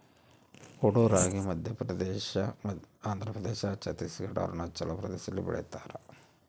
ಕೊಡೋ ರಾಗಿ ಮಧ್ಯಪ್ರದೇಶ ಆಂಧ್ರಪ್ರದೇಶ ಛತ್ತೀಸ್ ಘಡ್ ಅರುಣಾಚಲ ಪ್ರದೇಶದಲ್ಲಿ ಬೆಳಿತಾರ